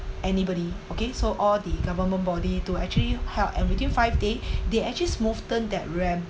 anybody okay so all the government body to actually help and between five day they actually smoothen that ramp